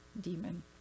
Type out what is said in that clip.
demon